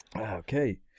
okay